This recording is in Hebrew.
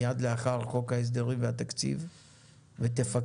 מיד לאחר חוק ההסדרים והתקציב ותפקח.